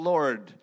Lord